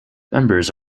members